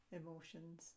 emotions